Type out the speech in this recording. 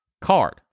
card